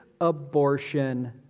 abortion